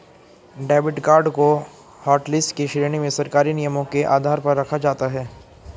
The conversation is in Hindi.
डेबिड कार्ड को हाटलिस्ट की श्रेणी में सरकारी नियमों के आधार पर रखा जाता है